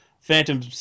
Phantom